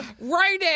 Right